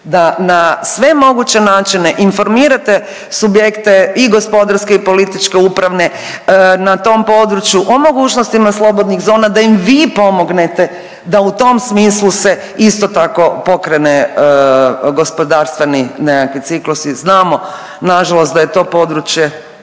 da na sve moguće načine informirate subjekte i gospodarske i političke, upravne na tom području o mogućnostima slobodnih zona da im vi pomognete da u tom smislu se isto tako pokrene gospodarstveni nekakvi ciklusi. Znamo na žalost da je to područje